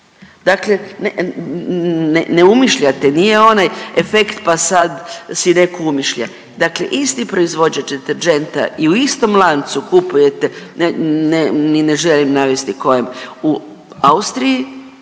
Dakle ne umišljate, nije onaj efekt pa sad si netko umišlja. Dakle isti proizvođač deterdženta i u istom lancu kupujete, ni ne želim navesti kojem, u Austriji